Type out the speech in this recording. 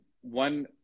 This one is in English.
one